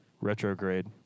retrograde